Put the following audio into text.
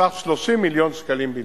בסך 30 מיליון שקלים בלבד,